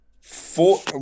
Four